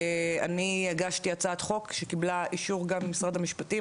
אני הגשתי הצעת חוק שקיבלה אישור גם ממשרד המשפטים,